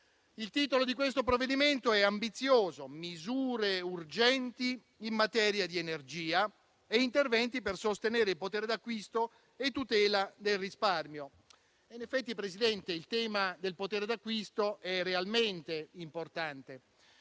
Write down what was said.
Il titolo del provvedimento al nostro esame è ambizioso: misure urgenti in materia di energia e interventi per sostenere il potere d'acquisto e tutela del risparmio. In effetti, signora Presidente, il tema del potere d'acquisto è realmente importante.